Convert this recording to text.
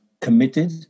committed